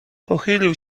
pochylił